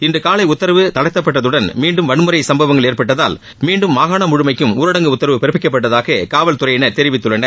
இன்று காலை உத்தரவு தளாத்தப்பட்டதுடன் மீண்டும் வன்முறை சம்வங்கள் ஏற்பட்டதால் மீண்டும் மாகாணம் முழுமைக்கும் ஊரடங்கு உத்தரவு பிறப்பிக்கப்பட்டதாக காவல்துறையினா் தெரிவித்துள்ளனர்